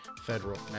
federal